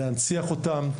להנציח אותם,